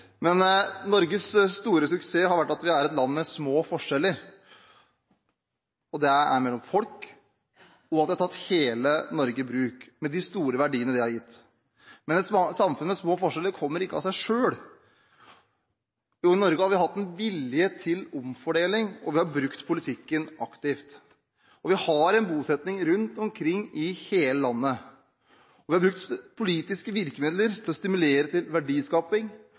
Men det er ofte en sekkepost. Norges store suksess har vært at vi er et land med små forskjeller mellom folk, og at vi har tatt hele Norge i bruk – med de store verdiene det har gitt. Men et samfunn med små forskjeller kommer ikke av seg selv. I Norge har vi hatt en vilje til omfordeling, vi har brukt politikken aktivt, og vi har bosetting rundt omkring i hele landet. Vi har brukt politiske virkemidler til å stimulere til verdiskaping